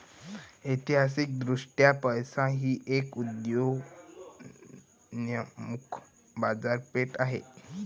ऐतिहासिकदृष्ट्या पैसा ही एक उदयोन्मुख बाजारपेठ आहे